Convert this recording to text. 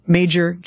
major